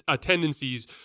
tendencies